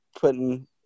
putting –